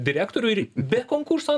direktorių ir be konkurso